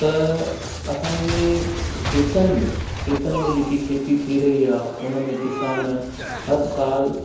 त असांजे खेतनि में खेतनि में जेकी खेती थी रही आहे उन में किसान हर साल